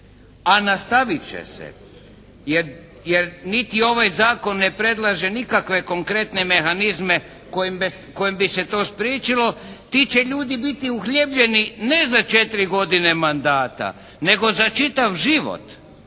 a nastavit će se jer niti ovaj Zakon ne predlaže nikakve konkretne mehanizme kojim bi se to spriječilo. Ti će ljudi biti uhljebljeni ne za 4 godine mandata, nego za čitav život.